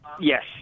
Yes